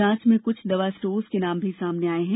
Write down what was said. जांच में कुछ दवा स्टोर्स के नाम भी सामने आये हैं